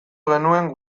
genuen